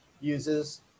uses